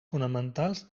fonamentals